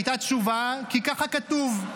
הייתה תשובה: כי ככה כתוב.